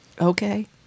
Okay